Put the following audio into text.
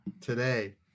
today